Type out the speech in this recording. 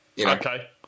Okay